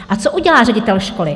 A co udělá ředitel školy?